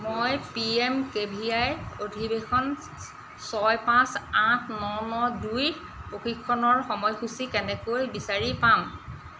মই P M K V Y অধিৱেশন ছয় পাঁচ আঠ ন ন দুই প্ৰশিক্ষণৰ সময়সূচী কেনেকৈ বিচাৰি পাম